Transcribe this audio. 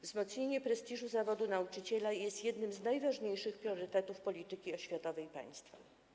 Wzmocnienie prestiżu zawodu nauczyciela jest jednym z najważniejszych priorytetów polityki oświatowej państwa.